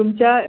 तुमच्या